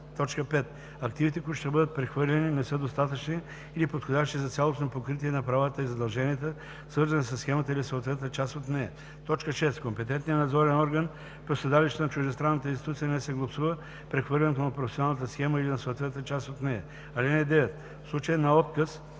5. активите, които ще бъдат прехвърлени, не са достатъчни или подходящи за цялостно покритие на правата и задълженията, свързани със схемата или съответната част от нея; 6. компетентният надзорен орган по седалището на чуждестранната институция не съгласува прехвърлянето на професионалната схема или на съответната част от нея. (9) В случай на отказ